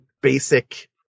basic